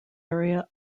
area